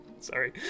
sorry